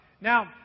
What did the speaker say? Now